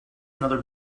another